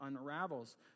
unravels